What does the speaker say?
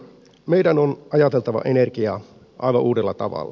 meidän on ajateltava energiaa aivan uudella tavalla